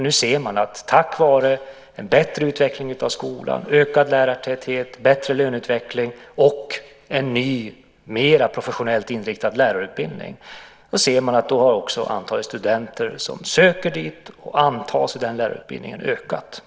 Nu ser man att tack vare en bättre utveckling av skolan, ökad lärartäthet, bättre löneutveckling och en ny mer professionellt inriktad lärarutbildning har också antalet studenter som söker den och antas ökat markant. Det är bra.